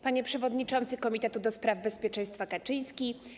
Panie Przewodniczący Komitetu ds. bezpieczeństwa Kaczyński!